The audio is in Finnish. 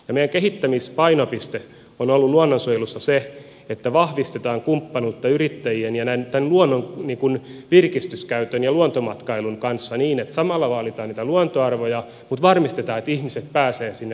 meidän kehittämispainopisteemme on ollut luonnonsuojelussa se että vahvistetaan kumppanuutta yrittäjien ja luonnon virkistyskäytön ja luontomatkailun kanssa niin että samalla vaalitaan luontoarvoja mutta varmistetaan että ihmiset pääsevät luontoon